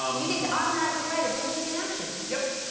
um you get to automatically fight, it doesn't take an action. yup.